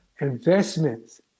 investments